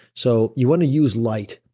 so you want to use light,